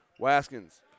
Waskins